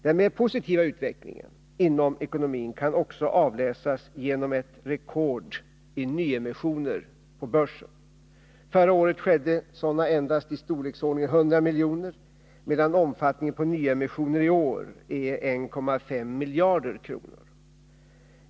Den mer positiva utvecklingen inom ekonomin kan också avläsas genom ett rekord i nyemissioner på börsen. Förra året skedde sådana endast i storleksordningen 100 miljoner, medan omfattningen på nyemissioner i år är 1,5 miljarder kronor.